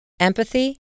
Empathy